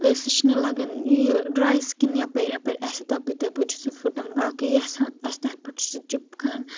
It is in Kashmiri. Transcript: سُہ چھُ نہٕ یہِ لگان ڈرے سِکِن یپٲرۍ یپٲرۍ آسہِ تپٲرۍ تپٲرۍ چھُ سُہ پھٹن باقٕے یۄس ہان آسہِ تتھ پٮ۪ٹھ چھُ سُہ چپکان